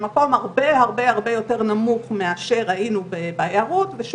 תודה רבה ד"ר נעם ותודה רבה על התמיכה בהעלאת הנושא פה והבאתו באמת